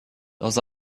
dans